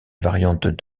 variante